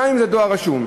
גם אם זה דואר רשום.